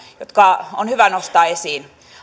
jotka on hyvä nostaa esiin